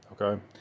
okay